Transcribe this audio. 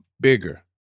bigger